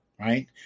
right